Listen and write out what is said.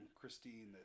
Christine